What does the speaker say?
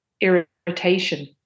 irritation